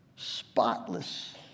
spotless